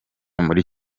muri